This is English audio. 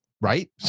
Right